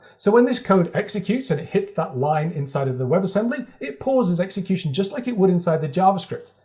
so when this code executes and it hits that line inside of the webassembly, it pauses execution, just like it would inside the javascript.